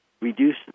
reduce